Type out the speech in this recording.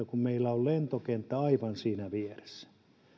kun meillä on lentokenttä aivan siinä vieressä